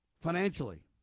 financially